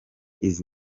izi